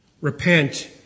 Repent